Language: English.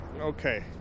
okay